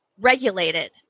regulated